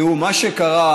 תראו, מה שקרה,